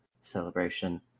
celebration